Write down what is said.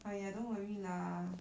!aiya! don't worry lah